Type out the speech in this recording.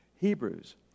Hebrews